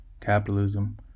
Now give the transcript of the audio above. capitalism